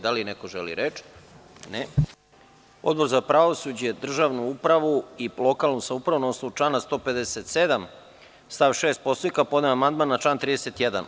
Da li neko želi reč? (Ne) Odbor za pravosuđe, državnu upravu i lokalnu samoupravu, na osnovu člana 157. stav 6. Poslovnika, podneo je amandman na član 31.